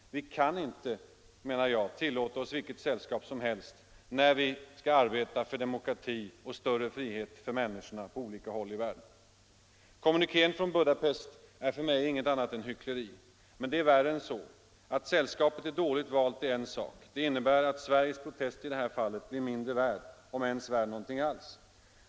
Vi kan inte, menar jag, tillåta oss vilket sällskap som helst när vi arbetar för demokrati och större frihet för människorna på olika håll i världen. Kommunikén från Budapest är för mig inget annat än hyckleri. Men det är värre än så. Att sällskapet är dåligt valt är en sak. Det innebär att Sveriges protest i det här fallet blir mindre värd, om ens värd någonting alls.